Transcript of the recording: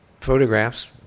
photographs